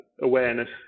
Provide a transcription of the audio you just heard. awareness